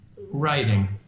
writing